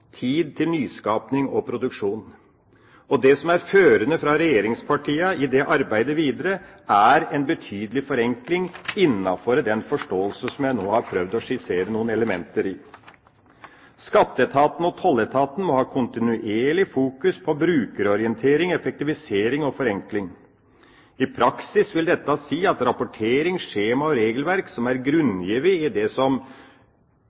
Tid til nyskaping og produksjon, og det som er førende fra regjeringspartiene i dette arbeidet videre, er en betydelig forenkling innenfor den forståelsen som jeg nå har prøvd å skissere noen elementer i. Skatteetaten og tolletaten må ha kontinuerlig fokus på brukerorientering, effektivisering og forenkling. I praksis vil dette si at rapportering, skjema og regelverk som er grunngitt i det som